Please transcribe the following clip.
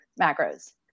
macros